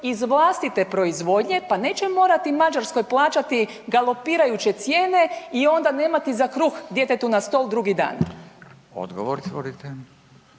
iz vlastite proizvodnje, pa nećemo morati Mađarskoj plaćati galopirajuće cijene i onda nemati za kruh djetetu na stol drugi dan. **Radin, Furio